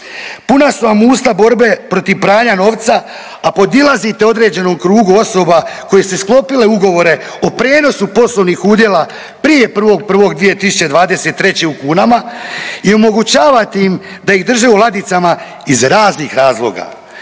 Puna su vam usta borbe protiv pranja novca, a podilazite određenom krugu osoba koje su sklopile ugovore o prenosu poslovnih udjela prije 1.1.'23. u kunama i omogućavate im da ih drže u ladicama iz raznih razloga.